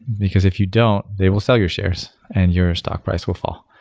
because if you don't, they will sell your shares and your stock price will fall.